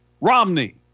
Romney